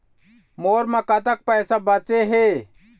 मोर म कतक पैसा बचे हे?